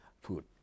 food